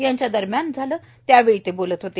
यांच्या दरम्यान झालं त्यावेळी ते बोलत होते